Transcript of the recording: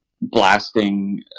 blasting